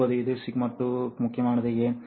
இப்போது இது σ2 முக்கியமானது ஏன்